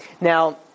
Now